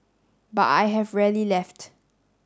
but I have rarely left